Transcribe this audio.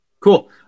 Cool